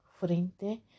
Frente